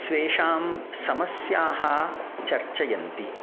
स्वेषां समस्याः चर्चयन्ति